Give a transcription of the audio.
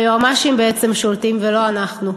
היועמ"שים בעצם שולטים ולא אנחנו.